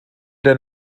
der